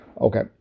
Okay